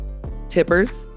tippers